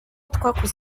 twakoze